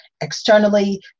externally